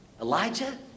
Elijah